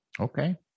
Okay